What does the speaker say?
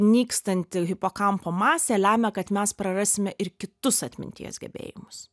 nykstanti hipokampo masė lemia kad mes prarasime ir kitus atminties gebėjimus